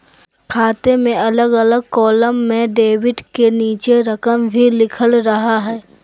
खाते में अलग अलग कालम में डेबिट के नीचे रकम भी लिखल रहा हइ